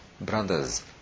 brothers